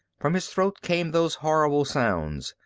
from his throat came those horrible sounds,